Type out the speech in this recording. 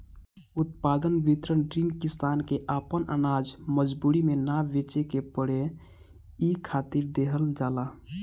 उत्पाद विपणन ऋण किसान के आपन आनाज मजबूरी में ना बेचे के पड़े इ खातिर देहल जाला